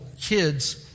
kids